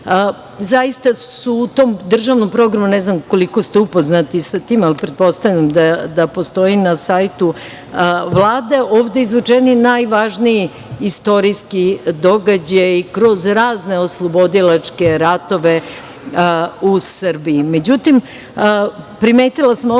Zaista su u tom državnom programu, ne znam koliko ste upoznati sa tim, ali pretpostavljam da postoji na sajtu Vlade, izvučeni najvažniji istorijski događaji kroz razne oslobodilačke ratove u